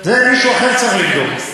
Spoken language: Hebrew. מישהו אחר כבר יבדוק.